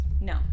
No